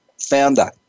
founder